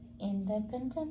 independent